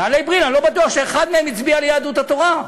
נעלי "בריל" אני לא בטוח שיש אחד שם שהצביע ליהדות התורה.